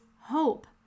hope